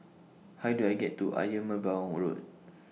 How Do I get to Ayer Merbau Road